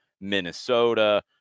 Minnesota